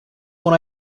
what